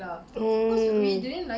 oh